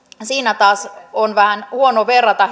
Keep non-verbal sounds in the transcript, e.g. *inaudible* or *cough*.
siinä taas on vähän huono verrata *unintelligible*